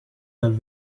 that